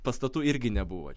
pastatų irgi nebuvo